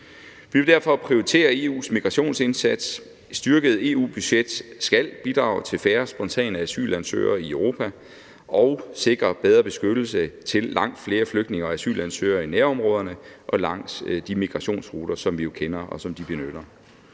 Vi vil derfor prioritere EU's migrationsindsats. Et styrket EU-budget skal bidrage til færre spontane asylansøgere i Europa og sikre en bedre beskyttelse til langt flere flygtninge og asylansøgere i nærområderne og langs de migrationsruter, som vi jo kender, og som de benytter.